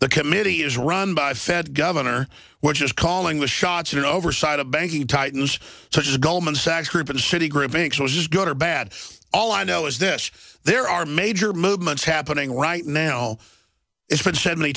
the committee is run by fed gov which is calling the shots and oversight of banking titans such as goldman sachs group and citi group banks which is good or bad all i know is this there are major movements happening right now it's been said many